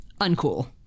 uncool